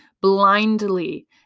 blindly